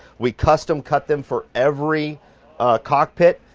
we custom cut them for every cockpit.